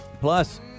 Plus